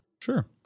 Sure